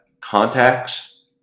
contacts